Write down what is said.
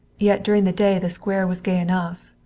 yet during the day the square was gay enough.